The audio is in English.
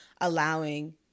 allowing